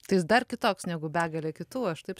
tai jis dar kitoks negu begalė kitų aš taip